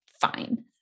fine